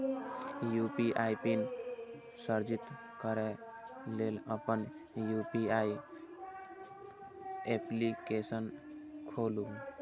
UPI PIN सृजित करै लेल अपन यू.पी.आई एप्लीकेशन खोलू